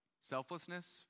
selflessness